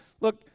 look